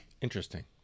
Interesting